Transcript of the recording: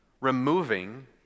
removing